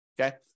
Okay